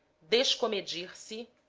descommedir-se